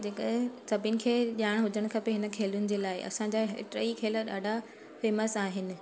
जेका सभिनि खे ॼाण हुजणु खपे हिन खेलनि जे लाइ टेई खेल ॾाढा फैम्स आहिनि